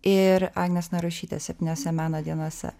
ir agnės narušytės septyniose meno dienose